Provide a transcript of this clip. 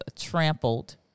trampled